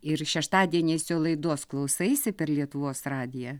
ir šeštadieniais jo laidos klausaisi per lietuvos radiją